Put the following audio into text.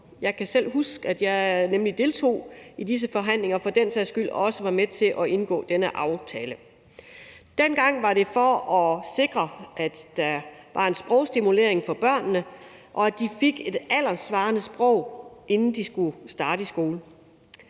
Jeg kan selv huske, at jeg deltog i disse forhandlinger, og jeg var for den sags skyld også med til at indgå denne aftale. Dengang var det for at sikre, at der var en sprogstimulering for børnene, og at de fik et alderssvarende sprog, inden de skulle starte i skole.